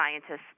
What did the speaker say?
scientists